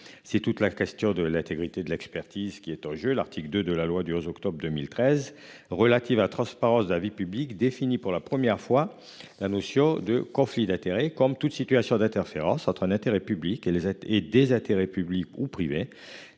C'est toute la question de l'intégrité de l'expertise qui est en jeu, l'article 2 de la loi du 11 octobre 2013, relative à transparence de la vie publique définie pour la première fois la notion de conflit d'intérêts comme toute situation d'interférence entre un intérêt public et les aides et des intérêts publics ou privés